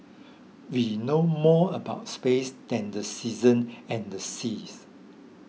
we know more about space than the season and the seas